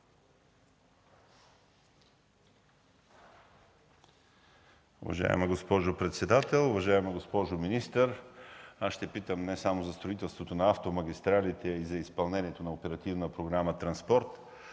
Уважаема госпожо председател, уважаема госпожо министър! Аз ще питам не само за строителството на автомагистралите, а и за изпълнението на Оперативна програма „Транспорт,